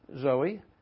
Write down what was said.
Zoe